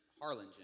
Harlingen